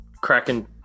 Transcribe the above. cracking